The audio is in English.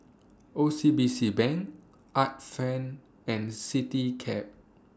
O C B C Bank Art Friend and Citycab